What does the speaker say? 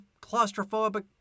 claustrophobic